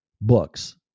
books